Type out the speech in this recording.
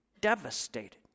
devastated